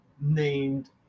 named